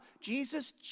Jesus